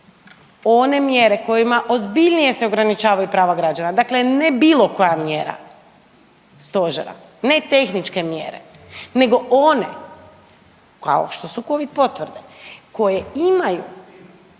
one mjere kojima ozbiljnije se ograničavaju prava građana, dakle ne bilo koja mjera stožera, ne tehničke mjere, nego one kao što su Covid potvrde koje imaju